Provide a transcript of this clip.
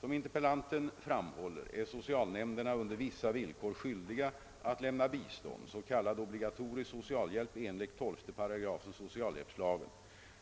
Som interpellanten framhåller är socialnämnderna under vissa villkor skyldiga att lämna bistånd, s.k. obligatorisk socialhjälp, enligt 12 § socialhjälpslagen.